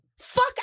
Fuck